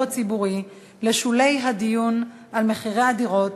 הציבורי לשולי הדיון על מחירי הדירות,